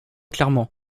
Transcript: clairement